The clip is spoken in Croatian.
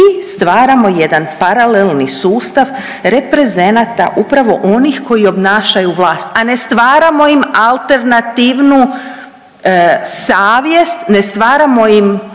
i stvaramo jedan paralelni sustav reprezenata, upravo onih koji obnašaju vlast a ne stvaramo im alternativnu savjest, ne stvaramo im